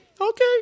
Okay